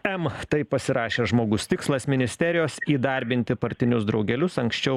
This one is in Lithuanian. em taip pasirašęs žmogus tikslas ministerijos įdarbinti partinius draugelius anksčiau